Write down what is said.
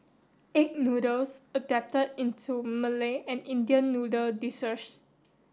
egg noodles adapted into Malay and Indian noodle dishes